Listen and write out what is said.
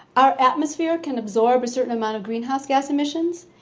our atmosphere can absorb a certain amount of greenhouse gas emissions.